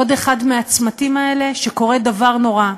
עוד אחד מהצמתים האלה שקורה בו דבר נורא.